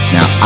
Now